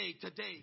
today